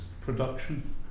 production